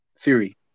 theory